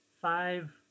Five